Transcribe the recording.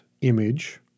image